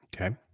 Okay